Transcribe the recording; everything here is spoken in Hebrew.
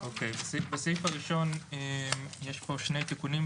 בסעיף הראשון יש פה שני תיקונים,